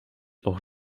auch